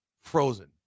frozen